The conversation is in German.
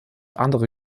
andere